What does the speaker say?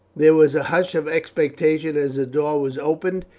there was a hush of expectation as the door was opened,